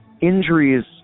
Injuries